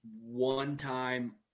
one-time